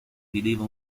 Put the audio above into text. vedeva